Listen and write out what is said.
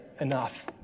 enough